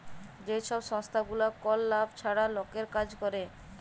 যে ছব সংস্থাগুলা কল লাভ ছাড়া লকের কাজ ক্যরে